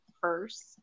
first